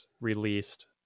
released